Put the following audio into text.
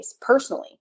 personally